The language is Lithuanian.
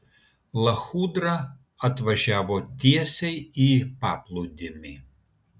lachudra atvažiavo tiesiai į paplūdimį